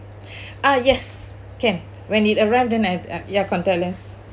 ah yes can when it arrive then I ya contactless